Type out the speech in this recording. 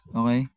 okay